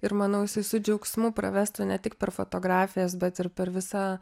ir manau jisai su džiaugsmu pravestų ne tik per fotografijas bet ir per visą